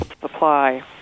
supply